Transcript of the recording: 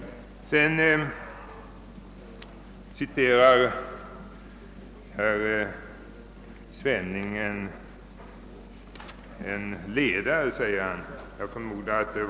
Herr Svenning citerade en artikel av herr Delin.